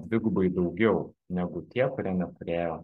dvigubai daugiau negu tie kurie neturėjo